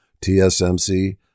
TSMC